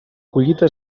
collita